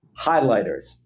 Highlighters